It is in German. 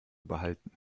behalten